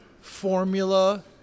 formula